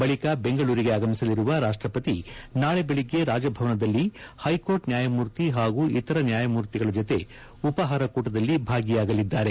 ಬಳಿಕ ಬೆಂಗಳೂರಿಗೆ ಆಗಮಿಸಲಿರುವ ರಾಷ್ಟಪತಿ ನಾಳೆ ಬೆಳಿಗ್ಗೆ ರಾಜಭವನದಲ್ಲಿ ಹೈಕೋರ್ಟ್ ನ್ಯಾಯಮೂರ್ತಿ ಹಾಗೂ ಇತರ ನ್ಯಾಯಮೂರ್ತಿಗಳ ಜೊತೆ ಉಪಾಹಾರ ಕೂಟದಲ್ಲಿ ಭಾಗಿಯಾಲಿದ್ದಾರೆ